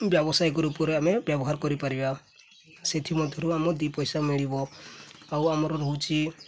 ବ୍ୟବସାୟିକ ରୂପରେ ଆମେ ବ୍ୟବହାର କରିପାରିବା ସେଥିମଧ୍ୟରୁ ଆମ ଦୁଇ ପଇସା ମିଳିବ ଆଉ ଆମର ରହୁଛି